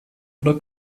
oder